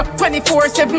24-7